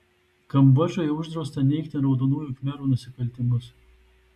kambodžoje uždrausta neigti raudonųjų khmerų nusikaltimus